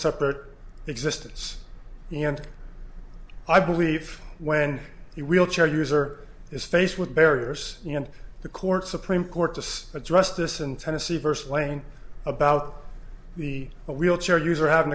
separate existence and i believe when he wheelchair user is faced with barriers and the court supreme court to address this and tennessee first laying about the butt wheelchair user having